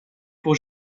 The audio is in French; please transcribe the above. pour